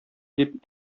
дип